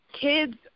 kids